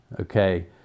Okay